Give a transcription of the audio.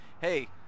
Hey